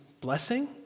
blessing